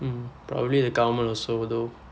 mm probably the government also though